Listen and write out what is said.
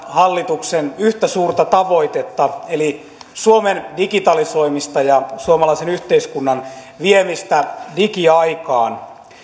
hallituksen suurta tavoitetta eli suomen digitalisoimista ja suomalaisen yhteiskunnan viemistä digiaikaan